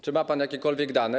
Czy ma pan jakiekolwiek dane?